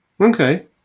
Okay